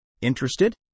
Interested